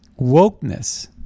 wokeness